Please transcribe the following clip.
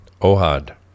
Ohad